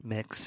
Mix